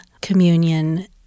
communion